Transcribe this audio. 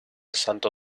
santo